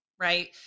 right